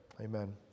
Amen